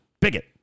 bigot